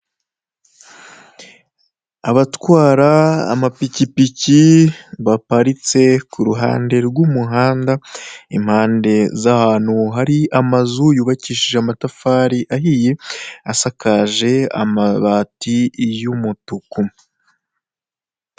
Abatwara amapikipiki baparitse ku ruhande rw'umuhanda impande z'ahantutu hari amazu y'ubakishije amatafari ahiye, asakaje amabati y'umutuku.